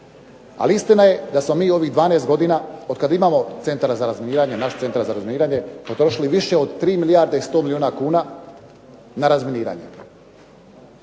Ali istina je da smo mi u ovih 12 godina otkada imamo Centar za razminiranje, naš Centar za razminiranje, potrošili više od 3 milijarde i 100 milijuna kuna na razminiranje.